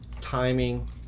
timing